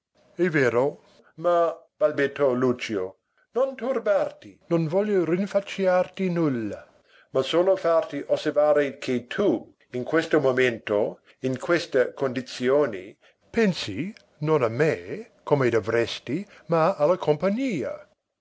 è vero ma balbettò lucio non turbarti non voglio rinfacciarti nulla ma solo farti osservare che tu in questo momento in queste condizioni pensi non a me come dovresti ma alla compagnia